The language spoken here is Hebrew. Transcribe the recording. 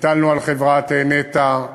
הטלנו על חברת נת"ע,